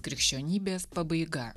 krikščionybės pabaiga